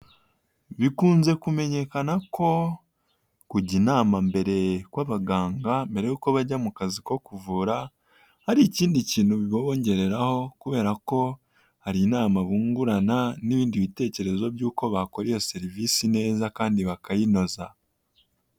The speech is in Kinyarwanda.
Bikunze kumenyekana ko kujya inama mbere kw'abaganga, mbere yuko bajya mu kazi ko kuvura, hari ikindi kintu bibongeraho kubera ko hari inama bungurana n'ibindi bitekerezo by'uko bakora iyo serivisi neza kandi bakayinoza.